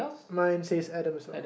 mine says Adam as well